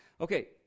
Okay